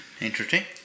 Interesting